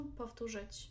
powtórzyć